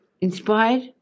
inspired